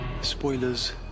spoilers